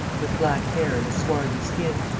with black hair and a swarthy skin,